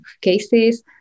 cases